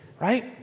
right